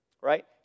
right